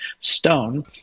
stone